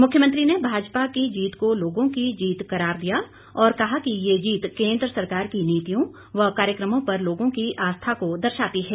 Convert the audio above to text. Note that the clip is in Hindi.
मुख्यमंत्री ने भाजपा की जीत को लोगों की जीत करार दिया और कहा कि यह जीत केन्द्र सरकार की नीतियों व कार्यक्रमों पर लोगों की आस्था को दर्शाती है